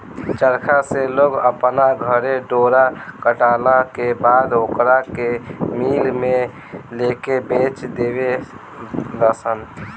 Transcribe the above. चरखा से लोग अपना घरे डोरा कटला के बाद ओकरा के मिल में लेके बेच देवे लनसन